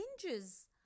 hinges